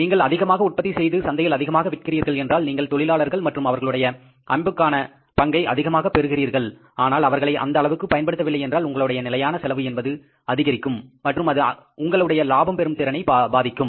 நீங்கள் அதிகமாக உற்பத்தி செய்து சந்தையில் அதிகமாக விற்கிறார்கள் என்றால் நீங்கள் தொழிலாளர்கள் மற்றும் அவர்களுடைய அமைப்புக்கான பங்கை அதிகமாக பெறுகிறீர்கள் ஆனால் அவர்களை அந்த அளவுக்கு பயன்படுத்தவில்லை என்றால் உங்களுடைய நிலையான செலவு என்பது அதிகரிக்கும் மற்றும் அது உங்களுடைய லாபம் பெறும் திறனை பாதிக்கும்